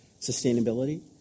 sustainability